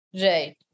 Right